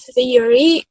Theory